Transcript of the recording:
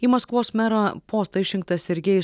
į maskvos merą postą išrinktas sergėjus